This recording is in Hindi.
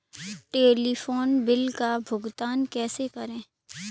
टेलीफोन बिल का भुगतान कैसे करें?